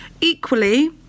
Equally